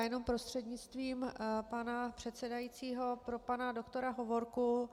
Jenom prostřednictvím pana předsedajícího pro pana doktora Hovorku.